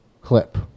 clip